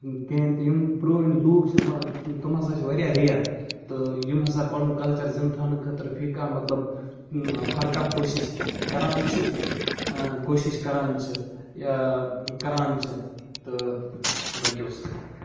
کِہیٖنۍ تہِ یِم پرٛٲنۍ لُکھ چھِ یِم تِم ہَسا چھِ واریاہ رِیَر تہٕ یِم ہَسا پَنُن کَلچَر زِندٕ تھاونہٕ خٲطرٕ فی کانٛہہ مطلب ہَرکانٛہہ کوٗشِش کَران چھِ کوٗشِش کَران چھِ کَران چھِ تہٕ باقٕے وَسَلام